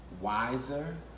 wiser